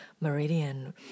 meridian